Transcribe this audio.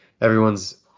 everyone's